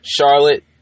Charlotte